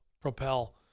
propel